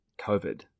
COVID